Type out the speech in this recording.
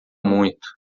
muito